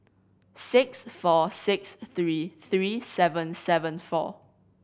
six four six three three seven seven four